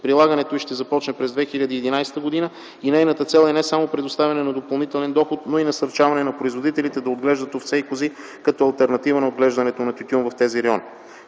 Прилагането й ще започне през 2011 г. и нейната цел е не само предоставяне на допълнителен доход, но и насърчаване на производителите да отглеждат овце и кози като алтернатива на отглеждането на тютюн в тези райони.